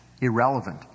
irrelevant